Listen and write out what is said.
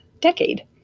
decade